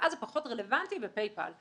הקפאה זה פחות רלבנטי ב-Pay-Pal.